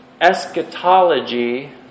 eschatology